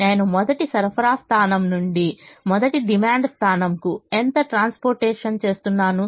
నేను మొదటి సరఫరా స్థానం నుండి మొదటి డిమాండ్ స్థానంకు ఎంత ట్రాన్స్పోర్టేషన్ చేస్తున్నాను